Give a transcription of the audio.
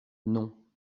non